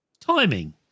Timing